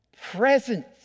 presence